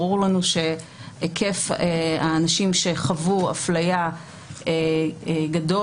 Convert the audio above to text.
ברור לנו שהיקף האנשים שחוו אפליה גדול